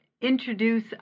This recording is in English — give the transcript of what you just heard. introduce